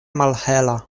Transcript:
malhela